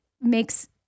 makes